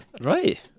Right